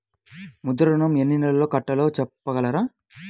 ముద్ర ఋణం ఎన్ని నెలల్లో కట్టలో చెప్పగలరా?